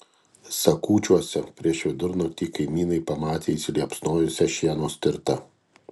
sakūčiuose prieš vidurnaktį kaimynai pamatė įsiliepsnojusią šieno stirtą